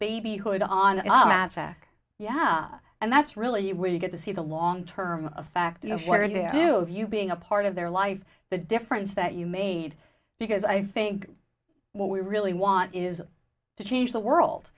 babyhood on yeah and that's really when you get to see the long term effect where their new of you being a part of their life the difference that you made because i think what we really want is to change the world